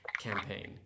campaign